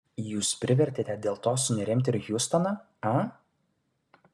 jūs privertėte dėl to sunerimti ir hjustoną a